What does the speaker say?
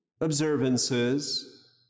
observances